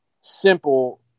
simple